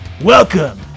Welcome